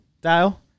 Dial